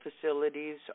facilities